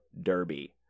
derby